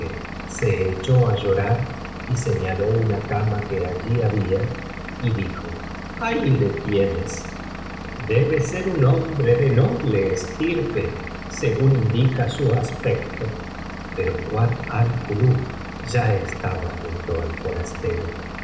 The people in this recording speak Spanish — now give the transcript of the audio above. se echó á llorar y señaló una cama que allí había y dijo ahí le tienes debe ser un hombre de noble estirpe según indica su aspecto pero kuat al kulub ya estaba junto al